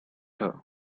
her